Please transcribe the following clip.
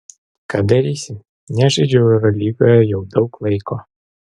ką darysi nežaidžiau eurolygoje jau daug laiko